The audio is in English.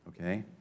okay